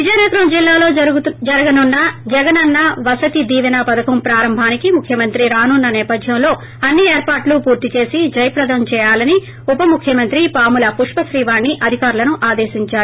విజయనగరం జిల్లాలో జరగనున్న జగనన్న వసతి దీవేన పథకం ప్రారంభానికి ముఖ్యమంత్రి రానున్న నేపధ్యంలో అన్నీ ఏర్పట్లు పూర్తి చేసి జయప్రదం చేయాలని ఉప ముఖ్యమంత్రి పాముల పుష్ప శ్రీవాణి అధికారులను ఆదేశించారు